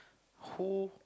who